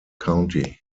county